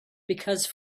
because